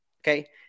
Okay